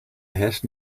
herrscht